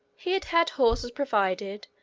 he had had horses provided,